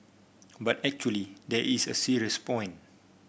but actually there is a serious point